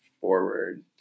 forward